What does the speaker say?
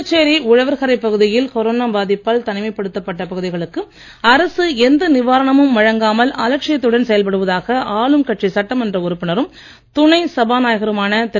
புதுச்சேரி உழவர்கரை பகுதியில் கொரோனா பாதிப்பால் தனிமைப் படுத்தப்பட்ட பகுதிகளுக்கு அரசு எந்த நிவாரணமும் வழங்காமல் அலட்சியத்துடன் செயல்படுவதாக உறுப்பினரும் துணை சபாநாயகருமான திரு